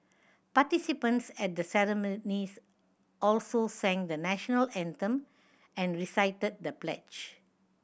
participants at the ceremonies also sang the National Anthem and recited the pledge